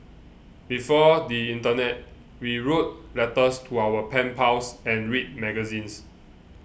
before the internet we wrote letters to our pen pals and read magazines